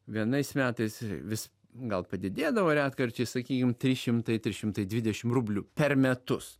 vienais metais vis gal padidėdavo retkarčiais sakykim trys šimtai trys šimtai dvidešim rublių per metus